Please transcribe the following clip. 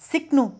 सिक्नु